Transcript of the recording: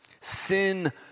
sin